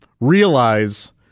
realize